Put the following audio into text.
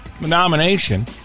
nomination